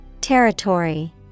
Territory